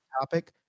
topic